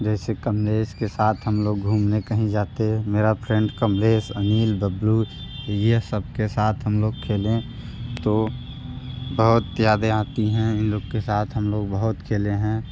जैसे कमलेश के साथ हम लोग घूमने कहीं जाते मेरा फ्रेंड कमलेश अनिल बबलू यह सब के साथ हम लोग खेलें तो बहुत यादें आतीं हैं इन लोग के साथ हम लोग बहुत खेले हैं